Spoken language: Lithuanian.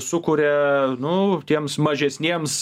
sukuria nu tiems mažesniems